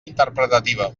interpretativa